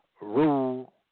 rule